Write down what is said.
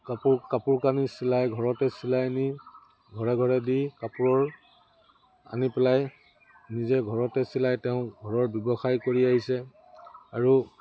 কাপোৰ কাপোৰ কানি চিলাই ঘৰতে চিলাই নি ঘৰে ঘৰে দি কাপোৰ আনি পেলাই নিজে ঘৰতে চিলাই তেওঁ ঘৰৰ ব্যৱসায় কৰি আহিছে আৰু